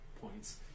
points